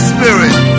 Spirit